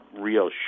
real